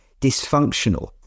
dysfunctional